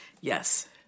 Yes